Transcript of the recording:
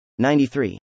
93